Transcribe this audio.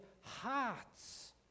hearts